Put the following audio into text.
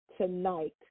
tonight